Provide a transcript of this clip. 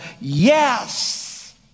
yes